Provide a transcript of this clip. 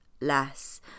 less